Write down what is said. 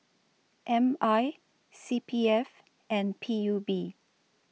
M I C P F and P U B